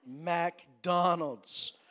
McDonald's